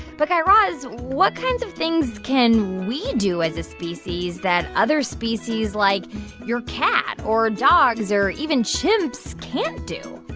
but, guy raz, what kinds of things can we do as a species that other species, like your cat or dogs or even chimps, can't do?